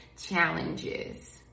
challenges